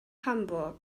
hamburg